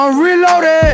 reloaded